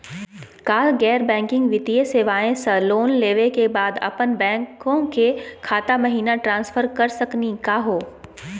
का गैर बैंकिंग वित्तीय सेवाएं स लोन लेवै के बाद अपन बैंको के खाता महिना ट्रांसफर कर सकनी का हो?